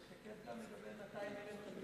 זה תקף גם לגבי תלמידים חרדיים?